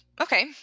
Okay